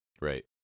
Right